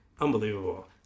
Unbelievable